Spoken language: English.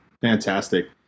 Fantastic